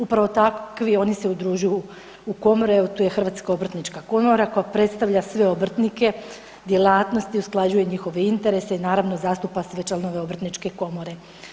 Upravo takvi oni se udružuju u komore, tu je Hrvatska obrtnička komora koja predstavlja sve obrtnike, djelatnosti, usklađuje njihove interese i naravno, zastupa sve članove obrtničke komore.